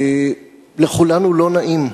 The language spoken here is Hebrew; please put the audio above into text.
לכולנו לא נעים,